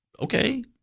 okay